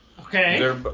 Okay